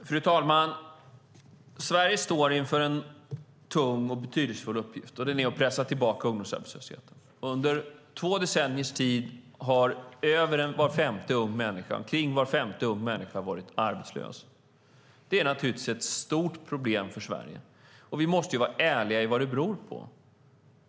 Fru talman! Sverige står inför en tung och betydelsefull uppgift, och den är att pressa tillbaka ungdomsarbetslösheten. Under två decenniers tid har omkring var femte ung människa varit arbetslös. Det är naturligtvis ett stort problem för Sverige. Och vi måste vara ärliga om vad det beror på.